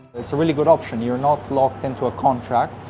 it's a really good option. you're not locked into a contract.